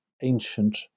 ancient